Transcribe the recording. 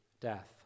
death